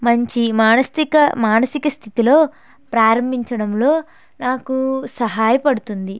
మంచి మనస్థిక మానసిక స్థితిలో ప్రారంభించడంలో నాకు సహాయపడుతుంది